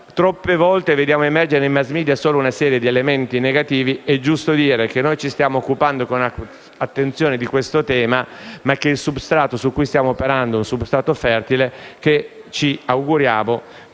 troppe volte vediamo emergere nei *mass media* solo una serie di elementi negativi. È giusto dire che noi ci stiamo occupando con attenzione di questo tema, ma, poiché il substrato su cui stiamo operando è fertile, ci auguriamo